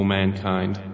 mankind